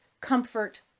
comfort